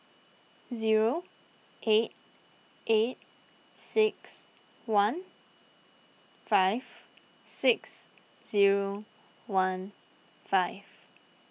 zero eight eight six one five six zero one five